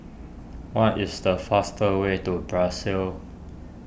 what is the faster way to Brussels